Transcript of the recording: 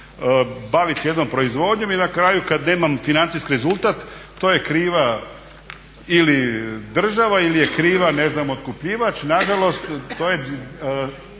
bavit se jednom proizvodnjom i na kraju kad nemam financijski rezultat to je kriva ili država ili je kriva ne znam otkupljivač. Na žalost to je